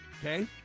Okay